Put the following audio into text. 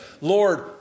Lord